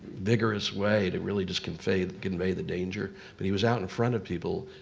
vigorous way to really just convey the convey the danger. but he was out in front of people.